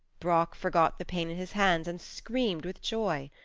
brock forgot the pain in his hands and screamed with joy.